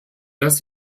dass